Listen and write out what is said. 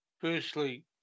firstly